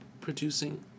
producing